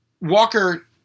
Walker